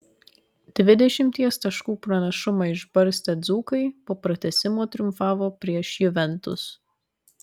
dvidešimties taškų pranašumą išbarstę dzūkai po pratęsimo triumfavo prieš juventus